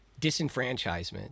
disenfranchisement